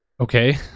Okay